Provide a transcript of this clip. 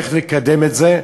איך לקדם את זה,